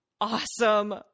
awesome